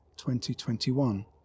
2021